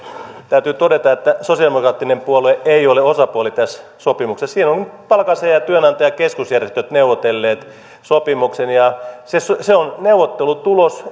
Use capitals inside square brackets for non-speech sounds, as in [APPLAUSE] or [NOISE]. täytyy todeta että sosialidemokraattinen puolue ei ole osapuoli tässä sopimuksessa siinä ovat palkansaajien ja työnantajien keskusjärjestöt neuvotelleet sopimuksen ja se se on neuvottelutulos [UNINTELLIGIBLE]